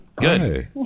Good